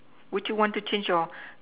would you want to change your